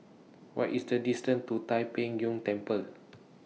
What IS The distance to Tai Pei Yuen Temple